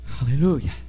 Hallelujah